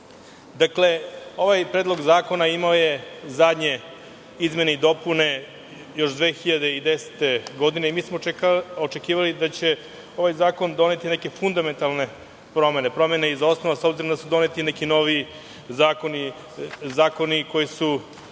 EU? Dakle, ovaj predlog zakona imao je zadnje izmene i dopune još 2010. godine i mi smo očekivali da će ovaj zakon doneti neke fundamentalne promene, promene iz osnova, s obzirom da su doneti neki novi zakoni koji su